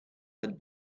had